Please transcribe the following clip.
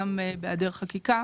גם בהיעדר חקיקה.